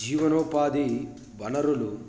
జీవనోపాధి వనరులు